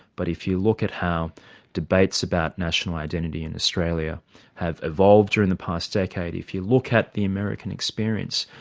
but if you look at how debates about national identity in australia have evolved during the past decade, if you look at the american experience,